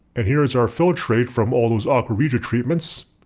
and here is our filtrate from all those aqua regia treatments.